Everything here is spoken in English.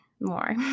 more